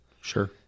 Sure